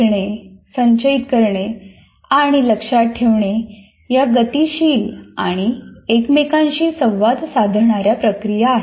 शिकणे संचयित करणे आणि लक्षात ठेवणे या गतिशील आणि एकमेकांशी संवाद साधणाऱ्या प्रक्रिया आहेत